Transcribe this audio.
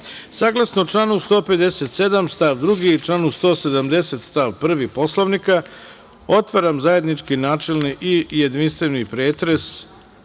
članu 157. stav 2. i članu 170. stav 1. Poslovnika, otvaram zajednički načelni i jedinstveni pretres